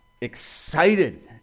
excited